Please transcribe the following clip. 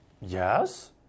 yes